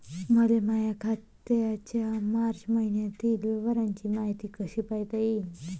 मले माया खात्याच्या मार्च मईन्यातील व्यवहाराची मायती कशी पायता येईन?